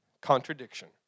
Contradiction